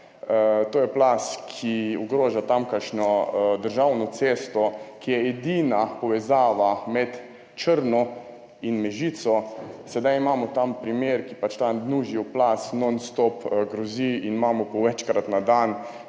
to je plaz, ki ogroža tamkajšnjo državno cesto, ki je edina povezava med Črno in Mežico. Sedaj imamo tam primer, ta Nužijev plaz ves čas grozi in imamo po večkrat na dan